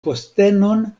postenon